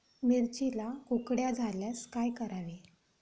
मिरचीला कुकड्या झाल्यास काय करावे?